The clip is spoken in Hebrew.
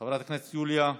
חברת הכנסת יוליה,